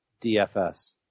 DFS